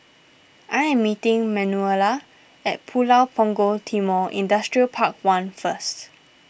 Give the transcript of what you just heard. I am meeting Manuela at Pulau Punggol Timor Industrial Park one first